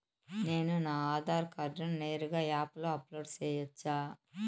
నేను నా ఆధార్ కార్డును నేరుగా యాప్ లో అప్లోడ్ సేయొచ్చా?